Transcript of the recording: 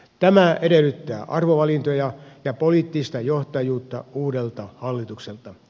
tämä edellyttää arvovalintoja ja poliittista johtajuutta uudelta hallitukselta